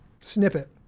snippet